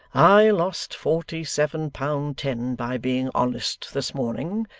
i lost forty-seven pound ten by being honest this morning.